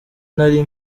nari